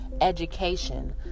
education